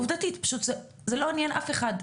עובדתית, פשוט זה לא עניין אף אחד.